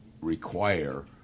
require